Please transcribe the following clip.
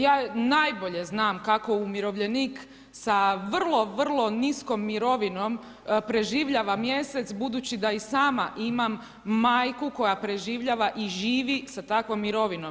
Ja najbolje znam kako umirovljenik sa vrlo, vrlo niskom mirovinom preživljava mjesec budući da i sama imam majku koja preživljava i živi sa takvom mirovinom.